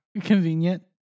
convenient